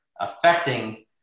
affecting